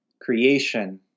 creation